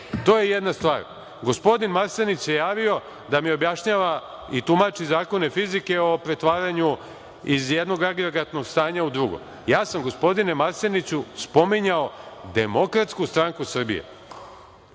To je jedna stvar. Gospodin Marsenić se javio da mi objašnjava i tumači zakone fizike o pretvaranju iz jednog agregatnog stanja u drugo. Ja sam, gospodine Marseniću, spominjao Demokratsku stranku Srbije,